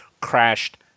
crashed